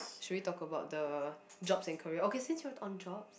should we talk about the jobs and career okay since you're on jobs